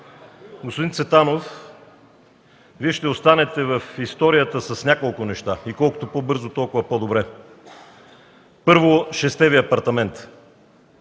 Господин Цветанов, Вие ще останете в историята с няколко неща, и колкото по-бързо – толкова по-добре! Първо, с шестте Ви апартамента.